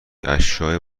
اشیاء